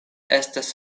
estas